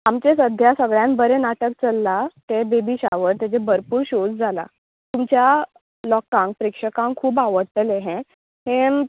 आमचे सध्या सगळ्यांन बरें नाटक चल्ला ते बेबीशावर तेजे भरपूर शोज जाला तुमच्या लोकांक प्रेक्षकांक खूब आवडटले हें हें